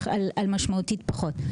אלא על משמעותית פחות זמן.